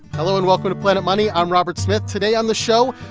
hello and welcome to planet money. i'm robert smith. today on the show,